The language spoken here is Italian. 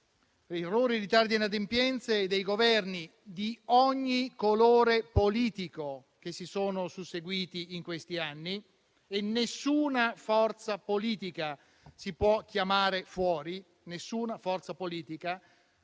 di errori, di ritardi, di inadempienze di Governi di ogni colore politico che si sono susseguiti in questi anni, e nessuna forza politica si può chiamare fuori, né chi sta oggi